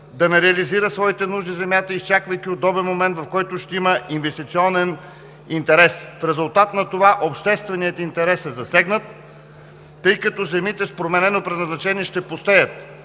да не реализират своите нужди, изчаквайки удобен момент, в който ще има инвестиционен интерес. В резултат на това общественият интерес е засегнат, тъй като земите с променено предназначение ще пустеят.